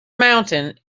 mountain